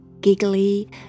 giggly